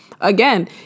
Again